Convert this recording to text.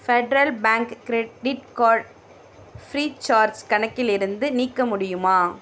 Federal Bank credit card Freecharge கணக்கிலிருந்து நீக்க முடியுமா